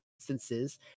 instances